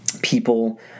People